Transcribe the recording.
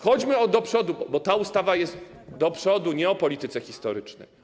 Chodźmy do przodu, bo ta ustawa jest do przodu, nie o polityce historycznej.